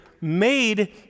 made